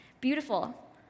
Beautiful